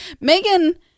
Megan